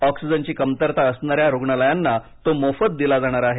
ऑक्सिजनची कमतरता असणाऱ्या रुग्णालयांना तो मोफत दिला जाणार आहे